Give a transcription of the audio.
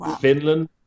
finland